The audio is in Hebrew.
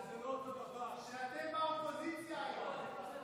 שאתם באופוזיציה היום.